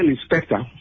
inspector